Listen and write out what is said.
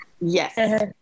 Yes